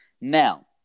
Now